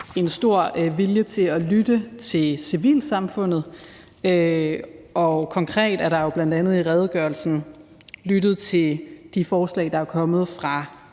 en stor vilje til at lytte til civilsamfundet, og konkret er der jo bl.a. i redegørelsen lyttet til de forslag, der er kommet fra